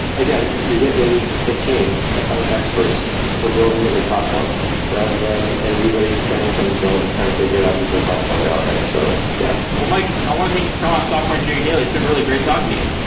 again, you'd get a a team of experts who are building a platform rather than everybody fending for themselves and trying to figure out the same problems on their ah own. so yeah. mike, i want to thank you for coming on software engineering daily. it's been really great talking to you.